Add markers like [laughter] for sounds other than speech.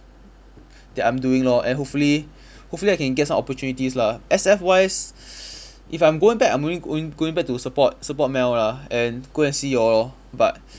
that I'm doing lor and hopefully hopefully I can get some opportunities lah S_F wise [breath] if I'm going back I'm only only going back to support support mel lah and go and see you all lor but